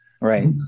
Right